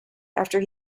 after